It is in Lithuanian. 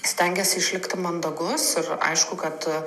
stengiesi išlikti mandagus ir aišku kad